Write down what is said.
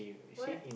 what